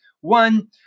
One